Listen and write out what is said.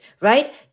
right